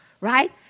Right